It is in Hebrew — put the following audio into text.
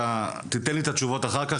תן לי את התשובות אחר כך,